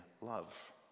love